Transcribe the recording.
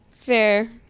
fair